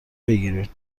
بگیرین